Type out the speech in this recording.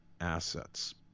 assets